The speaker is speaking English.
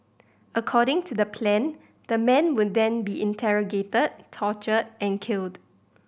according to the plan the man would then be interrogated tortured and killed